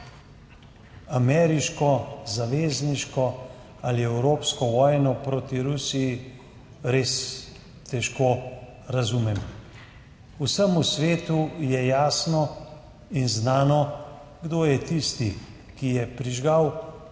ameriško, zavezniško ali evropsko vojno proti Rusiji, res težko razumem. Vsemu svetu je jasno in znano, kdo je tisti, ki je prižgal